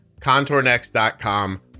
Contournext.com